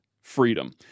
freedom